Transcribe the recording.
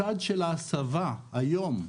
הצד של ההסבה היום,